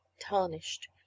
Tarnished